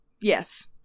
Yes